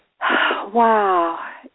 Wow